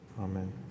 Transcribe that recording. Amen